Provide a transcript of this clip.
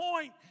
point